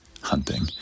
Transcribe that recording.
hunting